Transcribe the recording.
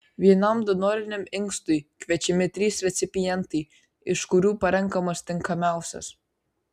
vienam donoriniam inkstui kviečiami trys recipientai iš kurių parenkamas tinkamiausias